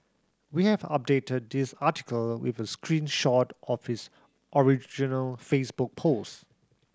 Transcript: we have updated this article with a screen shot of his original Facebook post